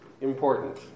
important